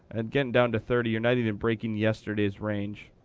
and getting down to thirty, you're not even breaking yesterday's range.